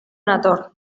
nator